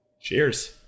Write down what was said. Cheers